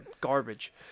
garbage